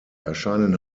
erscheinen